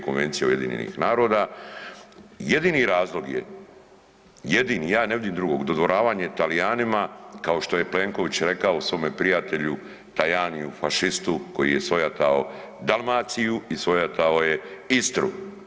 Konvencija UN-a, jedini razloga je, jedini ja ne vidim drugog, dodvoravanje Talijanima kao što je Plenković rekao svome prijatelju Tajaniju fašistu koji je svojatao Dalmaciju i svojatao je Istru.